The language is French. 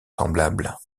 semblables